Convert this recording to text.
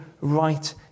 right